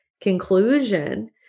conclusion